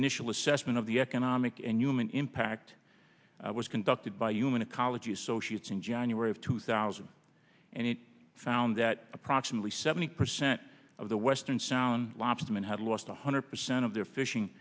initial assessment of the economic and human impact was conducted by human ecology associates in january of two thousand and eight found that approximately seventy percent of the western sound lobstermen had lost a hundred percent of their fishing